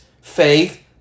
faith